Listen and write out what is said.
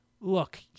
Look